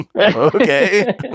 okay